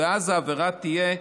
ואז העבירה תהיה,